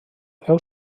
heu